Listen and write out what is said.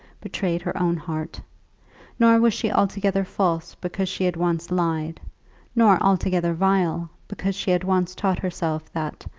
betrayed her own heart nor was she altogether false because she had once lied nor altogether vile, because she had once taught herself that,